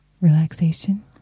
relaxation